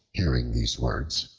hearing these words,